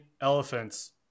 elephants